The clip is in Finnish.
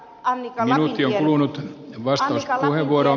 annika lapintie